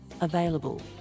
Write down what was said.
available